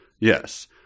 yes